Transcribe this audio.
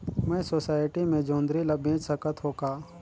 मैं सोसायटी मे जोंदरी ला बेच सकत हो का?